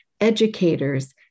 educators